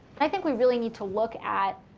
i think we really need to look at.